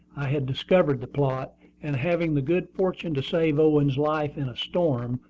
i had discovered the plot and having the good fortune to save owen's life in a storm,